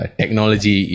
technology